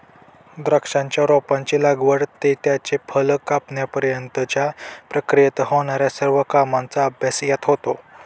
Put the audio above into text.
द्राक्षाच्या रोपाची लागवड ते त्याचे फळ कापण्यापर्यंतच्या प्रक्रियेत होणार्या सर्व कामांचा अभ्यास यात होतो